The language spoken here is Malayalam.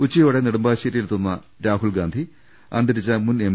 ഉച്ചയോടെ നെടുമ്പാശ്ശേരിയിൽ എത്തുന്ന രാഹുൽ ഗാന്ധി അന്തരിച്ച മുൻ എം